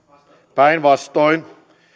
päinvastoin